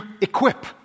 equip